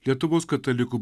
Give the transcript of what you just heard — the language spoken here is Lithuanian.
lietuvos katalikų